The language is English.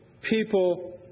people